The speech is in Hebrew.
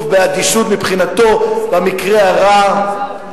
באדישות, מבחינתו, במקרה הרע,